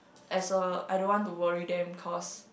as a I don't want to worry them cause